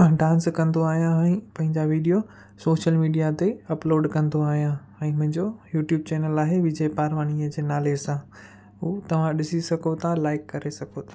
ऐं डांस कंदो आहियां ऐं पंहिंजा वीडियो सोशल मीडिया ते अपलोड कंदो आहियां ऐं मुंहिंजो यूट्यूब चैनल आहे विजय पारवानी जे नाले सां हू तव्हां ॾिसी सघो था लाइक करे सघो था